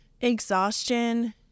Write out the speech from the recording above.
Exhaustion